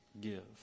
give